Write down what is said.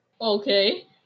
Okay